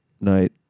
night